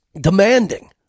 Demanding